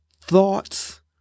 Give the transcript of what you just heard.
thoughts